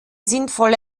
sinnvolle